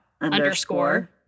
underscore